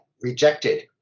Rejected